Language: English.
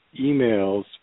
emails